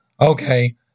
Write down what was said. Okay